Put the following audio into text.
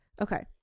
Okay